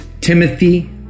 Timothy